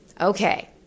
Okay